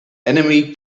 enemy